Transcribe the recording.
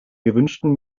gewünschten